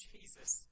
Jesus